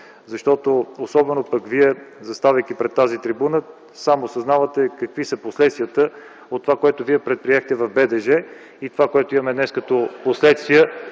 Особено пък Вие, заставайки на тази трибуна, сам осъзнавате какви са последствията от това, което Вие предприехте в БДЖ и това, което имаме днес като последствия